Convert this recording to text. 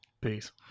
Peace